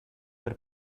per